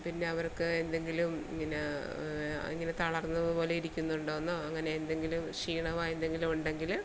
പിന്നെ അവർക്ക് എന്തെങ്കിലും ഇങ്ങനെ ഇങ്ങനെ തളർന്നതുപോലെ ഇരിക്കുന്നുണ്ടോയെന്നോ അങ്ങനെ എന്തെങ്കിലും ക്ഷീണമായി എന്തെങ്കിലുമുണ്ടെങ്കിൽ